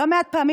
לא מעט פעמים,